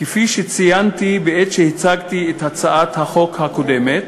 כפי שציינתי בעת שהצגתי את הצעת החוק הקודמת,